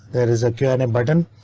there is a kernel button.